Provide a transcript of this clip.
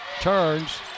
Turns